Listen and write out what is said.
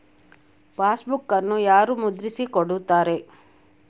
ಪಾಸ್ಬುಕನ್ನು ಯಾರು ಮುದ್ರಿಸಿ ಕೊಡುತ್ತಾರೆ?